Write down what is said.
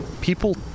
People